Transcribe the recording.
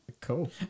Cool